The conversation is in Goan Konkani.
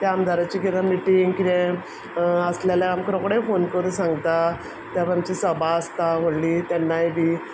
ते आमदाराची कितें मिटींग कितें आसलें जाल्यार आमकां रोखडें फोन करून सांगता वा खंयची सभा आसता व्हडली तेन्नाय बी